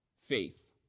faith